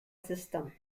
system